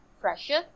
pressure